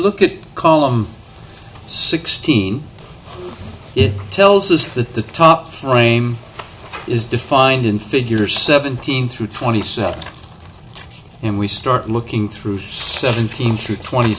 look at column sixteen it tells us that the top rame is defined in figure seventeen through twenty seven and we start looking through seventeen to twenty